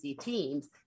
teams